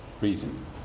reason